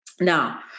Now